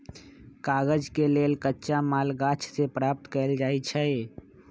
कागज के लेल कच्चा माल गाछ से प्राप्त कएल जाइ छइ